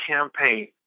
campaign